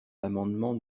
l’amendement